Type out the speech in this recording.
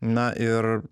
na ir